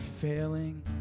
failing